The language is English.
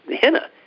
henna